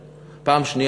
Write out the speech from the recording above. שנית,